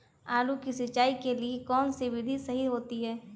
आलू की सिंचाई के लिए कौन सी विधि सही होती है?